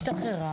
השתחררה